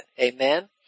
Amen